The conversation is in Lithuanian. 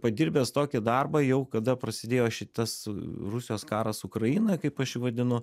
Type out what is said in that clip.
padirbęs tokį darbą jau kada prasidėjo šitas rusijos karas ukrainoj kaip aš jį vadinu